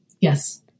Yes